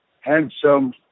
handsome